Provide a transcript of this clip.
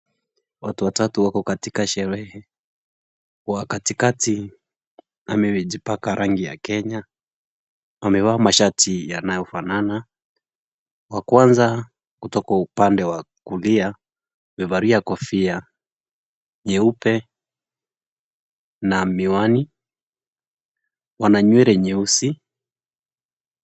Watu watatu wako katika sherehe, wa katikati wamejipaka rangi ya Kenya. Wamevaa mashati yanayofanana. Wa kwanza utakuwa upande wa kulia, bevalia kofia jeupe na miwani. Wana nywele nyeusi.